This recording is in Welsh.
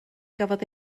gafodd